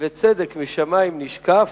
וצדק משמים נשקף.